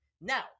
Now